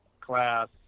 class